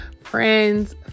Friends